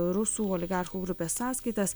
rusų oligarchų grupės sąskaitas